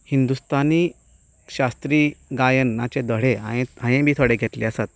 हिंदुस्तानी शास्त्री गायनाचे धडे हांवें हांवें बी थोडे घेतले आसात